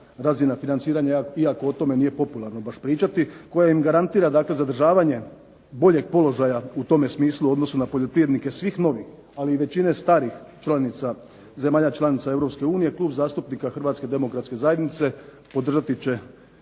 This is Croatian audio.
razina financiranja iako o tome nije popularno baš pričati koja im garantira, dakle zadržavanje boljeg položaja u tome smislu u odnosu na poljoprivrednike svih novih, ali i većine starih članica, zemalja članica Europske unije Klub zastupnika Hrvatske demokratske zajednice podržati će